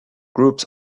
groups